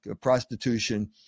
prostitution